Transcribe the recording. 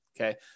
Okay